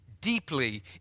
deeply